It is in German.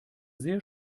sehr